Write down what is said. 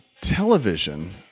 television